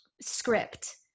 script